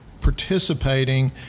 participating